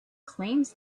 claims